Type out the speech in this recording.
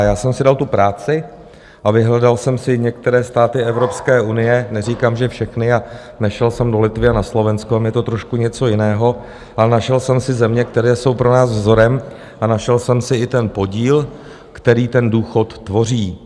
Já jsem si dal tu práci a vyhledal jsem si některé státy Evropské unie, neříkám, že všechny, a nešel jsem do Litvy a na Slovensko, tam je to trošku něco jiného, ale našel jsem si země, které jsou pro nás vzorem, a našel jsem si i ten podíl, který ten důchod tvoří.